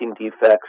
defects